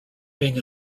being